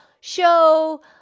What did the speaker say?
show